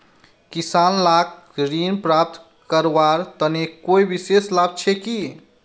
किसान लाक ऋण प्राप्त करवार तने कोई विशेष लाभ छे कि?